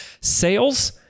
Sales